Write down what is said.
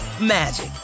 magic